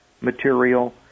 material